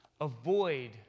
Avoid